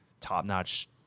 top-notch